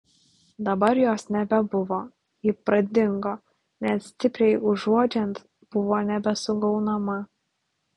dabar jos nebebuvo ji pradingo net stipriai uodžiant buvo nebesugaunama